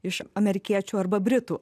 iš amerikiečių arba britų